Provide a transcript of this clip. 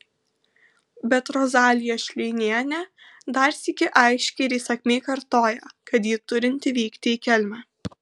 bet rozalija šleinienė dar sykį aiškiai ir įsakmiai kartoja kad ji turinti vykti į kelmę